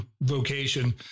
vocation